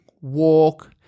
walk